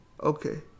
okay